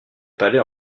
palais